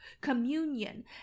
communion